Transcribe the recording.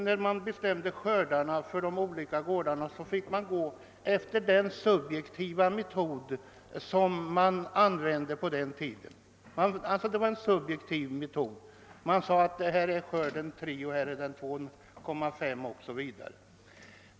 När man bestämde skördarna på de olika gårdarna fick man följa den subjektiva metod som användes på den tiden; man sade att här är skörden 3 och här är den 2,5 o. s. v.